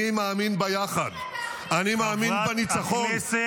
אני מאמין ביחד ----- חברת הכנסת,